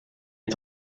est